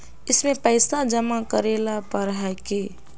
इसमें पैसा जमा करेला पर है की?